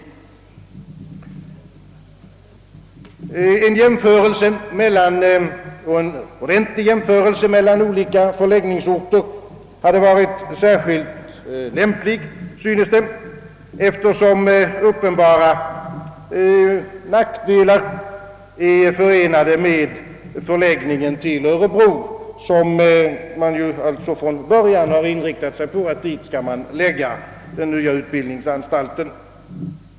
En ordentlig jämförelse mellan olika förläggningsorter hade varit särskilt lämplig, synes det mig, eftersom uppenbara nackdelar är förenade med förläggningen till Örebro, dit man alltså från början har inriktat sig på att den nya utbildningsanstalten skall förläggas.